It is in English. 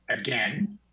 again